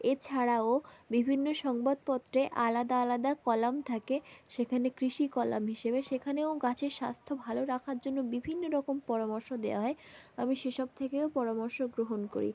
এছাড়াও বিভিন্ন সংবাদপত্রে আলাদা আলাদা কলাম থাকে সেখানে কৃষি কলাম হিসেবে সেখানেও গাছের স্বাস্থ্য ভালো রাখার জন্য বিভিন্ন রকম পরামর্শ দেওয়া হয় আমি সে সব থেকেও পরামর্শ গ্রহণ করি